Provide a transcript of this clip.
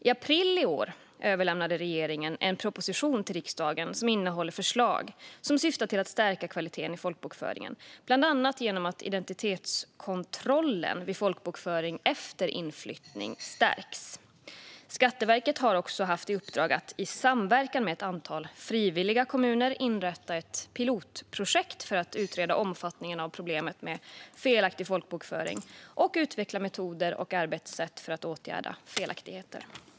I april i år överlämnade regeringen en proposition till riksdagen som innehåller förslag som syftar till att stärka kvaliteten på folkbokföringen, bland annat genom att identitetskontrollen vid folkbokföring efter inflyttning stärks. Skatteverket har också haft i uppdrag att i samverkan med ett antal frivilliga kommuner inrätta ett pilotprojekt för att utreda omfattningen av problemet med felaktig folkbokföring och utveckla metoder och arbetssätt för att åtgärda felaktigheter.